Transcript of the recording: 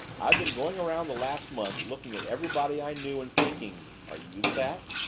i've been going around the last month, looking at everybody i knew and thinking are you the bat?